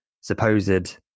supposed